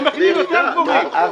במחירים יותר גבוהים.